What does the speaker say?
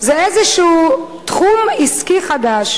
זה איזה תחום עסקי חדש